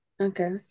Okay